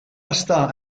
estar